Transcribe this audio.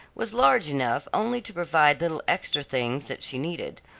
was large enough only to provide little extra things that she needed,